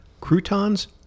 croutons